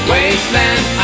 Wasteland